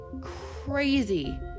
crazy